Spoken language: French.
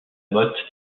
mothe